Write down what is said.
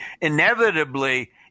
inevitably